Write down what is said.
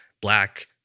black